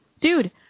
Dude